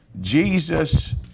Jesus